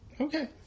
Okay